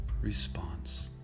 response